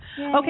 Okay